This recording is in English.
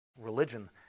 Religion